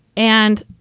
and,